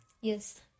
Yes